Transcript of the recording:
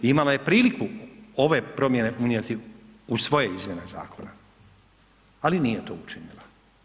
Imala je priliku ove promjene unijeti u svoje izmjene zakona, ali nije to učinila.